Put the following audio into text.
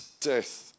death